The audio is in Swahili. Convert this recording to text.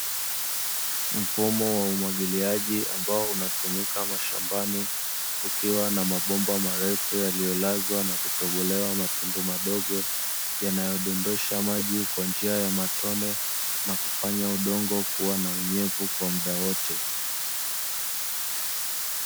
Mfumo wa umwagiliaji ambao unatumika mashambani ukiwa na mabomba marefu yanayolazwa na kutobolewa matundu madogo, yanayodondosha maji kwa njia ya matone na kufanya udongo kuwa na unyevu kwa muda wote.